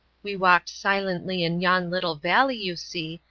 we walked silently in yon little valley you see,